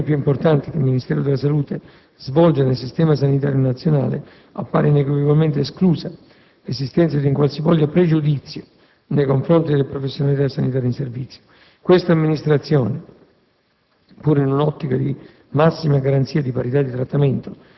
fascia. Occorre precisare che, alla luce del ruolo sempre più importante che il Ministero della salute svolge nel sistema sanitario nazionale, appare inequivocabilmente esclusa l'esistenza di un qualsivoglia pregiudizio nei confronti delle professionalità sanitarie in servizio: questa Amministrazione,